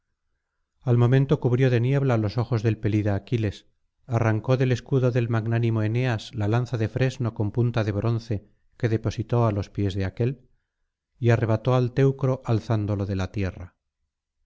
al momento cubrió de niebla los ojos del pelida aquiles arrancó del escudo del magnánimo eneas la lanza de fresno con punta de bronce que depositó á los pies de aquél y arrebató al teucro alzándolo de la tierra